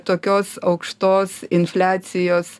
tokios aukštos infliacijos